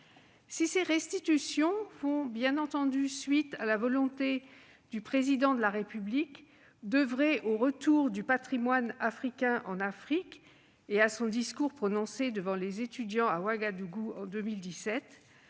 Si ces restitutions font suite à la volonté du Président de la République d'oeuvrer au retour du patrimoine africain en Afrique et à son discours prononcé à Ouagadougou en 2017,